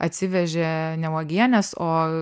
atsivežė ne uogienės o